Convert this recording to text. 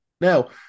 Now